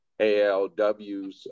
ALWs